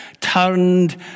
turned